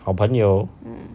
好朋友